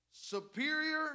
superior